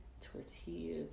tortilla